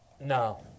No